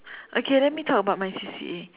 okay let me talk about my C_C_A